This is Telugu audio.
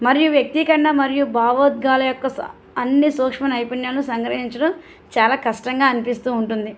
మరియు వ్యక్తి కన్నా మరియు భావోద్వేగాల యొక్క అన్ని సూక్ష్మ నైపుణ్యాలను సంగ్రహించడం చాలా కష్టంగా అనిపిస్తూ ఉంటుంది